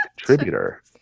contributor